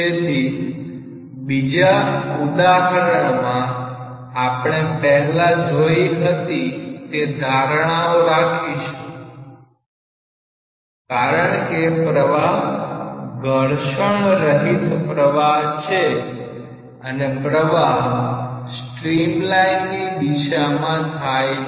તેથી આ બીજા ઉદાહરણમાં આપણે પહેલા જોઈ હતી તે ધારણાઓ રાખીશું કારણકે પ્રવાહ ઘર્ષણરહિત પ્રવાહ છે અને પ્રવાહ સ્ટ્રીમલાઇન ની દિશા માં થાય છે